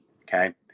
Okay